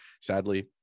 Sadly